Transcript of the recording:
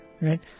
right